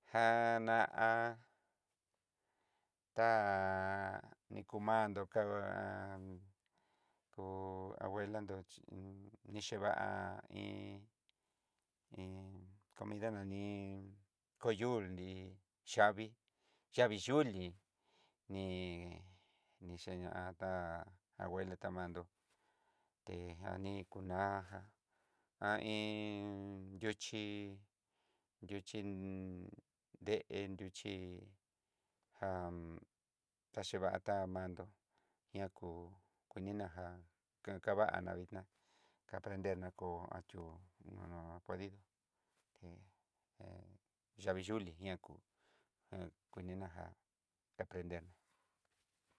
Janá nik andó kahua kú abuela nró chín nicheva'a iin iin comida nani kuyuul nrí yavii, yavii yulí ni niyenió abuela tamandó tejá ni'i kuna ján n yuxhí, yuxhí deen, yuxhi jan kaxhi va tá mandó ña kú kunina já kankava'a na vidná ka prendena kó axhiú nana kodiná té hé yavii yulí nakó kuninná jan kaprender ná.